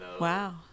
wow